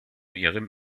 ihrem